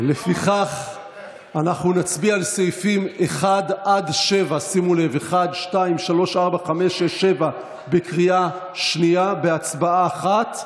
אנחנו נצביע על סעיפים 1 7 כנוסח הוועדה בקריאה שנייה בהצבעה אחת.